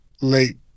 late